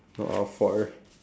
not our fault eh